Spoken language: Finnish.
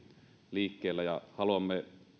liikkeellä ja haluamme